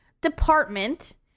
department